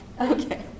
Okay